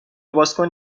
بازکن